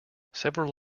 several